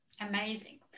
Amazing